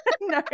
No